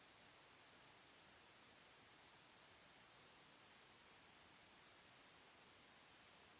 Grazie